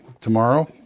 tomorrow